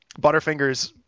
butterfingers